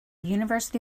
university